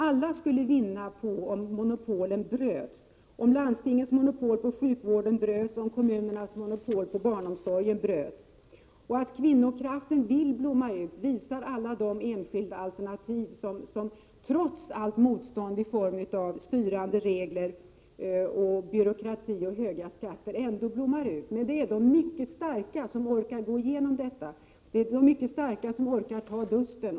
Alla skulle vinna på om monopolen bröts, om landstingens monopol på sjukvården bröts och om kommunernas monopol på barnomsorgen bröts. Att kvinnokraften vill blomma ut visar alla de enskilda alternativ som trots allt motstånd i form av styrande regler, byråkrati och höga skatter ändå kommer till. Men det är bara de starka som orkar gå igenom detta och ta dusten.